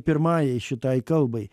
pirmajai šitai kalbai